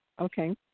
Okay